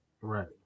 Right